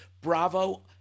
Bravo